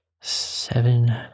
seven